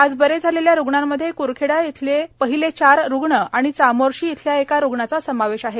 आजबरे झालेल्या रूग्णांमध्ये करखेडा येथील पहिले चार रुग्ण आणि चामोर्शी येथील एका रुग्णाचा समावेश आहे